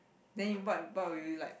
then what bought you bought what would you like